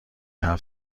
حرف